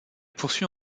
poursuit